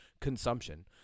consumption